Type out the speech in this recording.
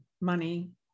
money